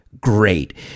great